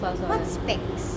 what's specs